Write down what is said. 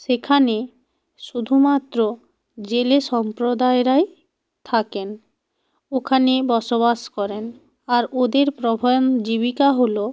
সেখানে শুধুমাত্র জেলে সম্প্রদায়রাই থাকেন ওখানে বসবাস করেন আর ওদের প্রধান জীবিকা হলো